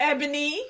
Ebony